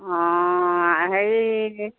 অঁ হেৰি